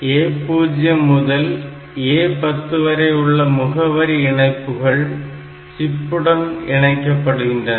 A0 முதல் A10 வரை உள்ள முகவரி இணைப்புகள் சிப்புடன் இணைக்கப்படுகின்றன